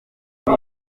ati